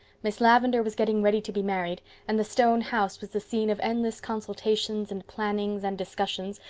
miss lavendar was getting ready to be married and the stone house was the scene of endless consultations and plannings and discussions,